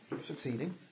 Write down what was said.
succeeding